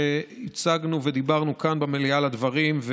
כשהצגנו ודיברנו כאן במליאה על הדברים,